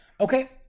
Okay